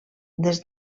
des